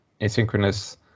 asynchronous